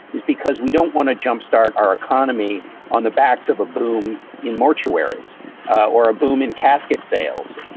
is because we don't want to jumpstart our economy on the backs of a boom in mortuaries or a boom in casket sales.